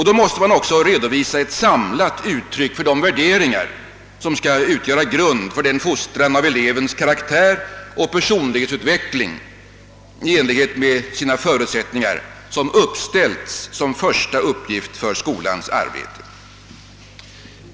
Då måste man också vid denna redovisning ge ett samlat uttryck för de värderingar som skall ligga till grund för den fostran, karaktärsdaning och personlighetsutveckling som uppställts som första uppgift för skolan.